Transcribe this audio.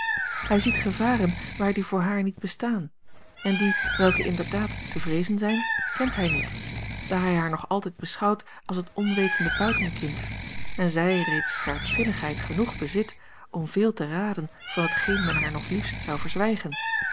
hij ziet gevaren waar die voor haar niet bestaan en die welke inderdaad te vreezen zijn kent hij niet daar hij haar nog altijd beschouwt als het onwetende buitenkind en zij reeds scherpzinnigheid genoeg bezit om veel te raden van hetgeen men haar nog liefst zou verzwijgen